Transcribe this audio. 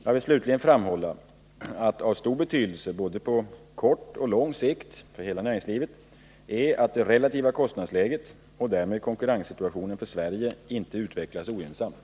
Jag vill slutligen framhålla att av stor betydelse på både kort och lång sikt för hela näringslivet är att det relativa kostnadsläget och därmed konkurrenssituationen för Sverige inte utvecklas ogynnsamt.